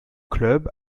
club